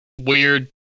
weird